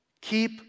keep